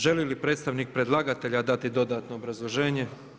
Želi li predstavnik predlagatelja dati dodatno obrazloženje?